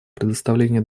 предоставлении